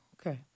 Okay